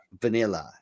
vanilla